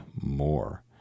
more